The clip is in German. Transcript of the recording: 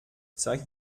zeig